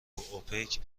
اوپک